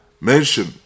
mention